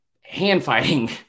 hand-fighting